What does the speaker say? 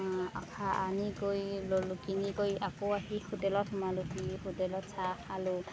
আনি কৰি ল'লো কিনি কৰি আকৌ আহি হোটেলত সোমালোঁহি হোটেলত চাহ খালোঁ